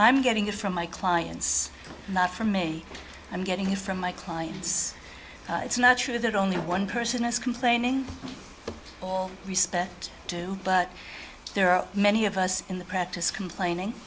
i'm getting it from my clients not from me i'm getting it from my clients it's not true that only one person is complaining all respect due but there are many of us in the practice complaining